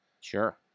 sure